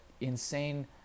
insane